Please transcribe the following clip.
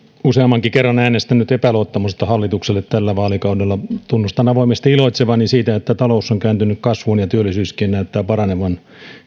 useammankin kerran äänestänyt epäluottamusta hallitukselle tällä vaalikaudella tunnustan avoimesti iloitsevani siitä että talous on kääntynyt kasvuun ja työllisyyskin näyttää paranevan